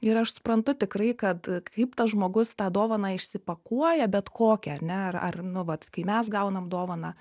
ir aš suprantu tikrai kad kaip tas žmogus tą dovaną išsipakuoja bet kokią ar ne ar ar nu vat kai mes gaunam dovaną